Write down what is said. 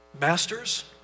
Masters